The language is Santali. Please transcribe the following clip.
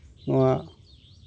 ᱱᱚᱣᱟ